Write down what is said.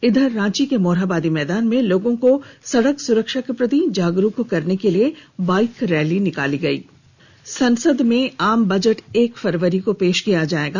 इधर रांची के मोरहाबादी मैदान में लोगों को सड़क सुरक्षा के प्रति जागरूक करने के लिए बाइक रैली निकाली गई संसद में आम बजट एक फरवरी को पेश किया जाएगा